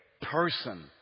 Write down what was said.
person